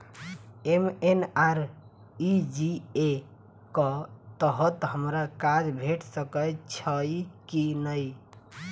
MNREGA कऽ तहत हमरा काज भेट सकय छई की नहि?